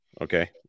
Okay